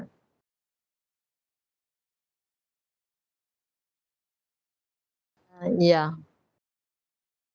ah yeah